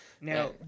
Now